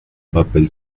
papel